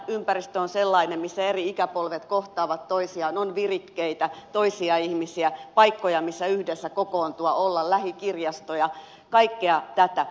ympäristö on sellainen missä eri ikäpolvet kohtaavat toisiaan on virikkeitä toisia ihmisiä paikkoja missä yhdessä kokoontua ja olla lähikirjastoja kaikkea tätä